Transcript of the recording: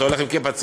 אתה הולך עם כיפה,